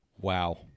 Wow